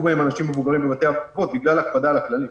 בהם אנשים מבוגרים בבתי-אבות בגלל הקפדה על הכללים.